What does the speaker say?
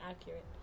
accurate